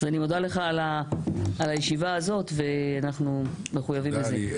אז אני מודה לך על הישיבה הזאת ואנחנו מחויבים לזה.